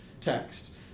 text